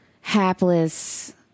hapless